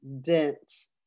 dense